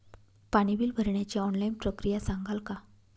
पाणी बिल भरण्याची ऑनलाईन प्रक्रिया सांगाल का?